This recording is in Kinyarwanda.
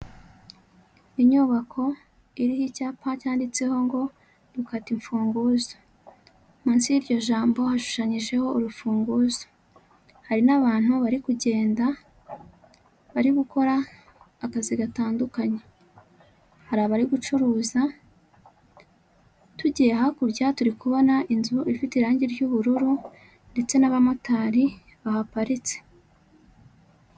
Inyubako iriho icyapa cyanditseho ngo dukata imfunguzo, munsi y'iryo jambo hashushanyijeho urufunguzo, hari n'abantu bari kugenda bari gukora akazi gatandukanye, hari abari gucuruza. Tugiye hakurya turi kubona inzu ifite irangi ry'ubururu ndetse n'abamotari bahaparitse.